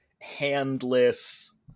handless